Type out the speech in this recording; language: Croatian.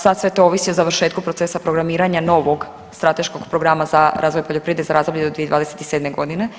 Sad sve to ovisi o završetku procesa programiranja novog strateškog programa za razvoj poljoprivrede za razdoblje do 2027. godine.